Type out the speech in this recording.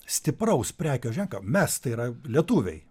stipraus prekės ženklo mes tai yra lietuviai